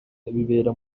bibera